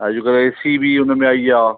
अॼुकल्ह A C बि हुन में आई आ